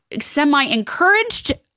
semi-encouraged